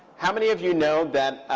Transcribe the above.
how many of you know that